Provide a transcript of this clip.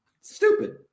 Stupid